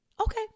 Okay